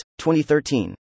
2013